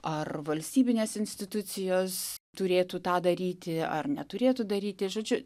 ar valstybinės institucijos turėtų tą daryti ar neturėtų daryti žodžiu